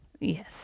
yes